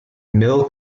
mill